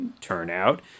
turnout